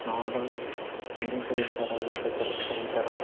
నా ఆర్డర్ అంగీకరించారా లాతే తిరస్కరించారా